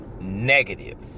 negative